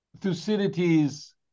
Thucydides